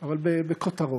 אבל בכותרות: